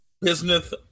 business